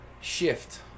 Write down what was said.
shift